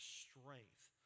strength